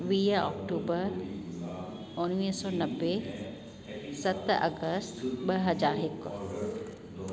वीह अक्टूबर उणिवीह सौ नवे सत अगस्त ॿ हज़ार हिकु